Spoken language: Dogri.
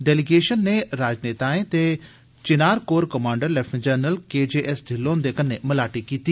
डेलीगेशन नै राजनेताएं ते Srinagar core commander lieutenant general के जे एस डिल्लों हुंदे कन्नै मलाटी कीती